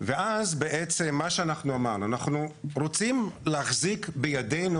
אנחנו אמרנו אז שאנחנו רוצים להחזיק בידינו